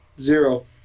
zero